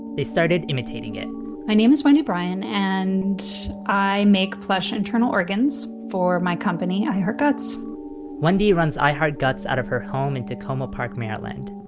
they started imitating it my name is wendy bryan and i make plush internal organs for my company i heart guts wendy runs i heart guts out of her home in tacoma park, maryland.